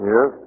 Yes